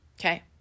Okay